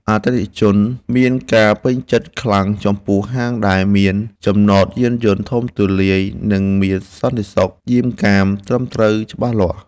អតិថិជនមានការពេញចិត្តខ្លាំងចំពោះហាងដែលមានចំណតយានយន្តធំទូលាយ និងមានសន្តិសុខយាមកាមត្រឹមត្រូវច្បាស់លាស់។